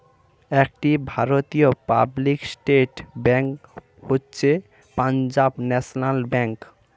একটি ভারতীয় public sector bank হচ্ছে পাঞ্জাব ন্যাশনাল ব্যাঙ্ক